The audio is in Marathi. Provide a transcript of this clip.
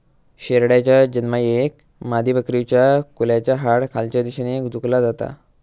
शेरडाच्या जन्मायेळेक मादीबकरीच्या कुल्याचा हाड खालच्या दिशेन झुकला जाता